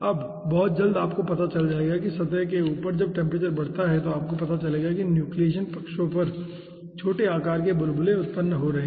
अब बहुत जल्द आपको पता चल जाएगा कि सतह के ऊपर जब टेम्परेचर बढ़ता है तो आपको पता चल जाएगा कि न्यूक्लियेशन पक्षों पर छोटे आकार के बुलबुले उत्पन्न हो रहे हैं